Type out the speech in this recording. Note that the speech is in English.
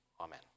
Amen